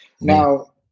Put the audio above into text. Now